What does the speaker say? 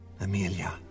Amelia